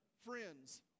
friends